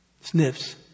sniffs